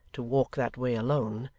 to walk that way alone,